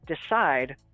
decide